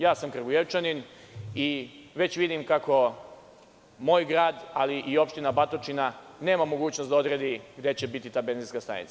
Ja sam Kragujevčanin i već vidim kako moj grad, ali i opština Batočina, nema mogućnost da odredi gde će biti ta benzinska stanica.